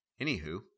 anywho